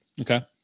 Okay